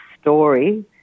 story